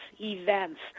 events